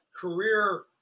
career